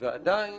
ועדיין,